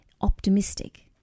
optimistic